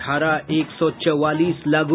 धारा एक सौ चौवालीस लागू